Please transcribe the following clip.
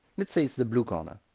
let's say it's the blue corner.